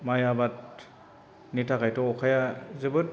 माइ आबादनि थाखायथ' अखाया जोबोद